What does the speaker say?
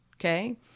Okay